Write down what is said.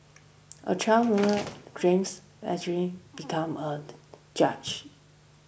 a child James a dream became a judge